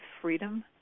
freedom